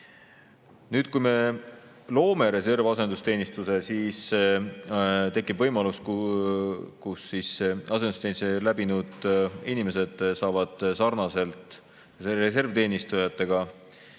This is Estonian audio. Kui me loome reservasendusteenistuse, siis tekib võimalus, et asendusteenistuse läbinud inimesed hakkavad sarnaselt reservteenistujatega